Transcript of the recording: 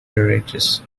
beverages